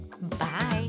Bye